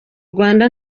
rwanda